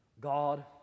God